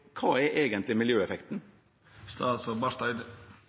kva er eigentleg miljøeffekten?